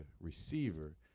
receiver